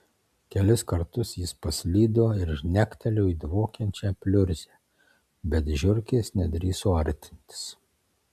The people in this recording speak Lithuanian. kelis kartus jis paslydo ir žnektelėjo į dvokiančią pliurzę bet žiurkės nedrįso artintis